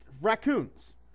raccoons